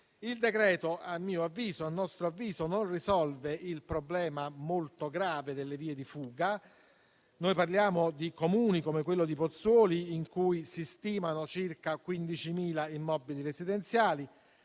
Il decreto - a nostro avviso - non risolve nemmeno il problema molto grave delle vie di fuga. Ci riferiamo a Comuni come quello di Pozzuoli, in cui si stimano circa 15.000 immobili residenziali;